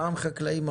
פעם חקלאים,